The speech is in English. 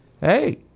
hey